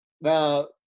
Now